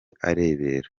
arebera